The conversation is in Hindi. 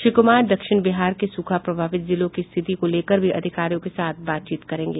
श्री कुमार दक्षिण बिहार के सूखा प्रभावित जिलों की स्थिति को लेकर भी अधिकारियों के साथ बातचीत करेंगे